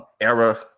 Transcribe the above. era